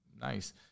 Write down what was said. nice